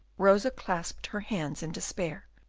rosa clasped her hands in despair.